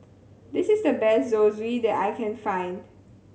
this is the best Zosui that I can find